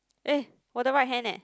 eh 我的 right hand eh